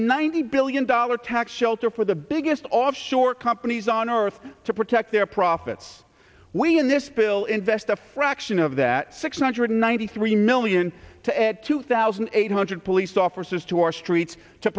ninety billion dollar tax shelter for the biggest offshore companies on earth to protect their profits we in this bill invest a fraction of that six hundred ninety three million to add two thousand eight hundred police officers to our streets to